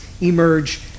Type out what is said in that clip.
emerge